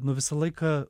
nu visą laiką